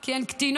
כי הן קטינות.